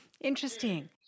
Interesting